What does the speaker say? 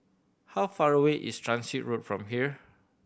how far away is Transit Road from here